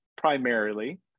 primarily